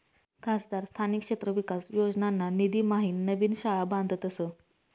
खासदार स्थानिक क्षेत्र विकास योजनाना निधीम्हाईन नवीन शाळा बांधतस